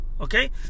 okay